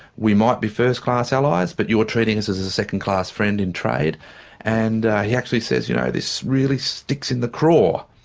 we might be first-class allies but you're treating us as as a second-class friend in trade and he actually says, you know this really sticks in the craw,